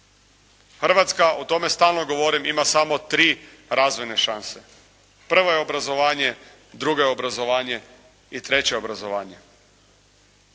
Hrvatska, o tome stalno govorim, ima samo tri razvojne šanse. Prva je druga obrazovanje, druga je obrazovanje i treća je obrazovanje.